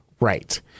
Right